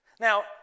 Now